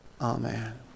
Amen